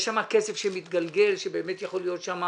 יש שם כסף שמתגלגל שבאמת יכול להיות שם